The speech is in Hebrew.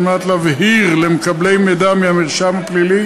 על מנת להבהיר למקבלי מידע מהמרשם הפלילי